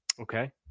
Okay